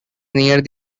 near